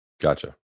Gotcha